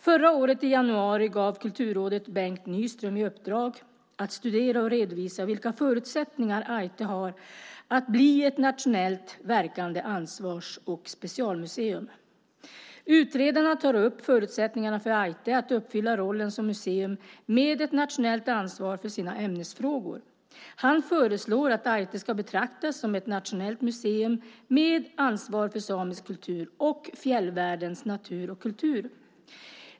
Förra året i januari gav Kulturrådet Bengt Nyström i uppdrag att studera och redovisa vilka förutsättningar Ájtte har att bli ett nationellt verkande ansvars och specialmuseum. Utredaren tar upp förutsättningarna för Ájtte att uppfylla rollen som museum med ett nationellt ansvar för sina ämnesfrågor. Han föreslår att Ájtte ska betraktas som ett nationellt museum med ansvar för samisk kultur och fjällvärldens natur och kultur.